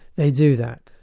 they do that.